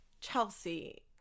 Chelsea